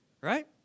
right